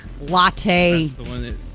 latte